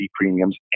premiums